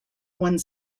one